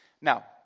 Now